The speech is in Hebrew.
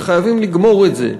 וחייבים לגמור את זה,